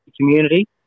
community